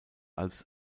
als